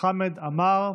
חמד עמאר,